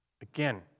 Again